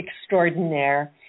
extraordinaire